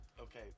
Okay